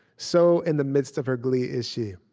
so in the midst of her glee is she.